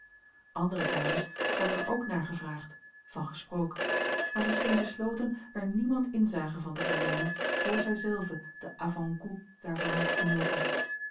andere dames hadden er ook naar gevraagd van gesproken maar zij scheen besloten er niemand inzage van te verleenen voor zij zelve den avant goût daarvan had genoten